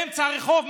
באמצע הרחוב,